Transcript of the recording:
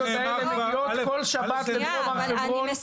זה נאמר כבר --- אני מסיימת.